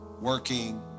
working